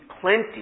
plenty